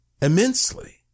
immensely